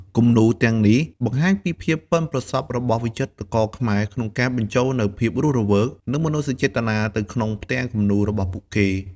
គំនូរទាំងនេះបង្ហាញពីភាពប៉ិនប្រសប់របស់វិចិត្រករខ្មែរក្នុងការបញ្ចូលនូវភាពរស់រវើក និងមនោសញ្ចេតនាទៅក្នុងផ្ទាំងគំនូររបស់ពួកគេ។